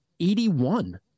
81